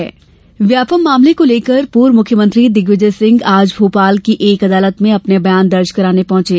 व्यापम परिवार व्यापम मामले को लेकर पूर्व मुख्यमंत्री दिग्विजय सिंह आज भोपाल की एक अदालत में अपने बयान दर्ज कराने पहुंचे